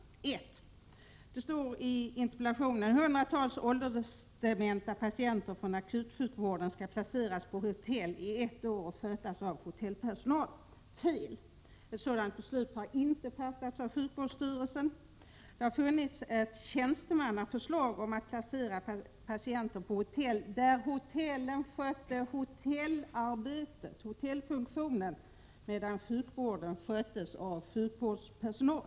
För det första står det i interpellationen att hundratals åldersdementa patienter skall flyttas från akutsjukvården och placeras på hotell i ett år och skötas av hotellpersonal. Det är fel! Något sådant beslut har inte fattats av sjukvårdsstyrelsen i Malmö. Det har funnits ett förvaltningsförslag, alltså ett tjänstemannaförslag, om att placera patienter på hotell, där hotellen skulle sköta hotellfunktionen medan sjukvården skulle skötas av sjukvårdspersonal.